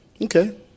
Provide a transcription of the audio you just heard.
okay